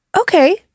okay